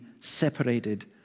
separated